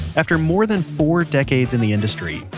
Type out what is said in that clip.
after more than four decades in the industry,